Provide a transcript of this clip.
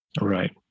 Right